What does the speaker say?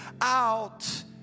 out